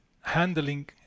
handling